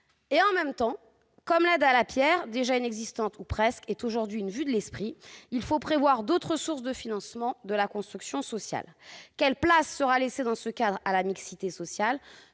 En même temps, comme l'aide à la pierre, déjà inexistante ou presque, est aujourd'hui une vue de l'esprit, il faut prévoir d'autres sources de financement de la construction sociale. Quelle place sera laissée, dans ce cadre, à la mixité sociale ?